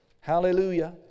Hallelujah